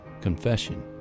confession